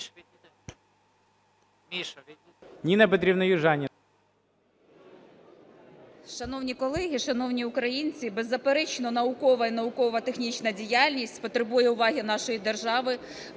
Шановні колеги, шановні українці! Беззаперечно, наукова і науково-технічна діяльність потребує уваги нашої держави,